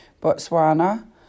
Botswana